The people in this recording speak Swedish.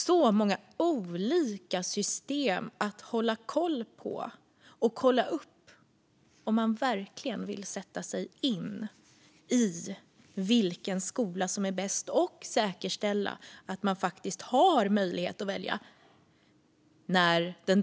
Så många olika system det är att hålla koll på och kolla upp om man verkligen vill sätta sig in i vilken skola som är bäst och säkerställa att man faktiskt har möjlighet att välja en viss skola.